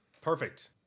perfect